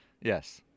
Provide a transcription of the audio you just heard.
yes